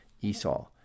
esau